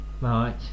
Right